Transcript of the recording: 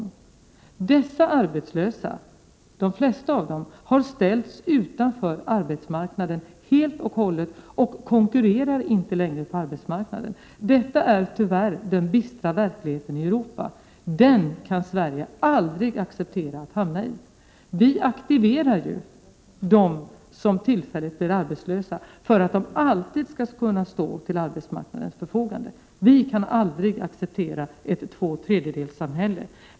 De flesta av dessa arbetslösa har ställts helt och hållet utanför arbetsmarknaden och konkurrerar inte längre där. Detta är tyvärr den bistra verkligheten i Europa, som Sverige aldrig kan acceptera att hamna i. Vi aktiverar ju dem som tillfälligt blir arbetslösa för att de alltid skall kunna stå till arbetsmarknadens förfogande. Vi kan aldrig acceptera ett två tredjedelssamhälle.